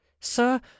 Sir